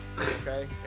okay